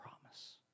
promise